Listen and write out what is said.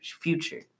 future